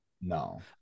No